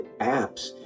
apps